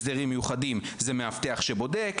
הסדרים מיוחדים זה מאבטח שבודק.